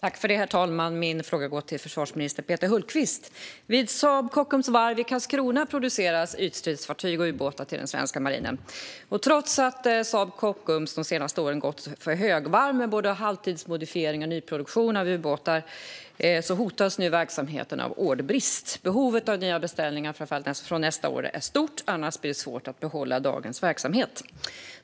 Herr talman! Min fråga går till förvarsminister Peter Hultqvist. Vid Saab Kockums varv i Karlskrona produceras ytstridsfartyg och ubåtar till den svenska marinen. Trots att Saab Kockums de senaste åren gått på högvarv med både halvtidsmodifiering och nyproduktion av ubåtar hotas nu verksamheten av orderbrist. Behovet av nya beställningar framför allt från nästa år är stort. Annars blir det svårt att behålla dagens verksamhet.